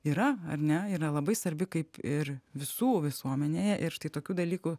yra ar ne yra labai svarbi kaip ir visų visuomenėje ir štai tokių dalykų